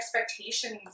expectations